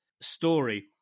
story